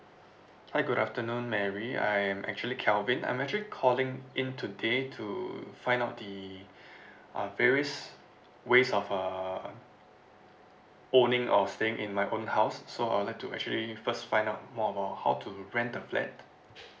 hi good afternoon mary I am actually kelvin I'm actually calling in today to find out the uh various ways of err owning or staying in my own house so I would like to actually first find out more about how to rent a flat